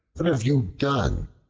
what have you done?